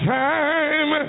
time